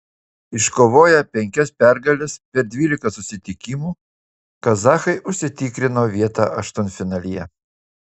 iškovoję penkias pergales per dvylika susitikimų kazachai užsitikrino vietą aštuntfinalyje